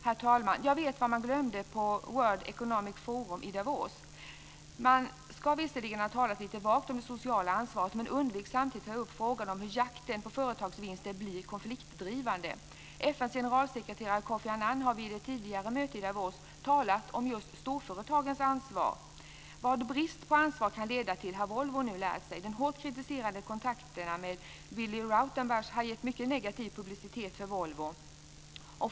Herr talman! Jag vet vad man glömde på World Economic Forum i Davos. Man ska visserligen lite vagt ha talat om det sociala ansvaret men man undvek samtidigt att ta upp frågan om hur jakten på företagsvinster blir konfliktdrivande. FN:s generalsekreterare Kofi Annan har vid ett tidigare möte i Davos talat om just storföretagens ansvar. Vad brist på ansvar kan leda till har Volvo nu lärt sig. De hårt kritiserade kontakterna med Billy Rautenbach har gett mycket negativ publicitet för Volvo.